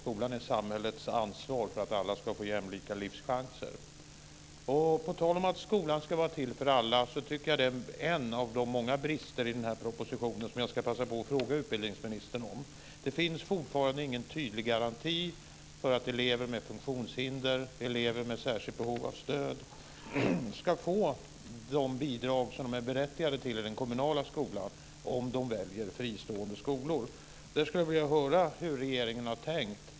Skolan är samhällets ansvar för att alla ska få jämlika livschanser. På tal om att skolan ska vara till för alla ska jag passa på att fråga utbildningsministern om en av många brister i den här propositionen. Det finns fortfarande ingen tydlig garanti för att elever med funktionshinder och elever med särskilt behov av stöd ska få de bidrag som de är berättigade till i den kommunala skolan om de väljer fristående skolor. Jag skulle vilja höra hur regeringen har tänkt.